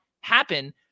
happen